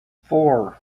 four